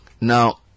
Now